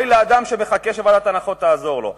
אוי לאדם שמחכה שוועדת ההנחות תעזור לו.